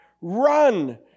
run